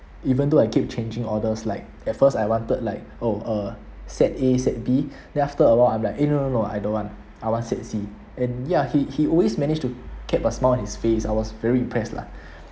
even though I keep changing orders like at first I wanted like oh a set A set B then after awhile I'm like eh no no no I don't want I want set C and ya he he always manage to keep a smile on his face I was very impressed lah